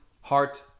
heart